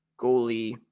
goalie